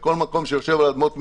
וכל מקום שיושב על אדמות מדינה,